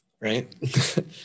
Right